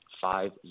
five